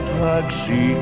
taxi